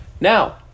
Now